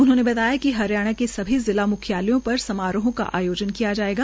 उन्होंने कहा कि हरियाणा के सभी जिला मुख्यालयों पर समारोह का आयोजन किया जायेगा